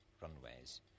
runways